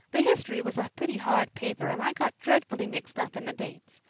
the history was a pretty hard paper and i got dreadfully mixed up in the dates.